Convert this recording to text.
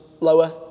lower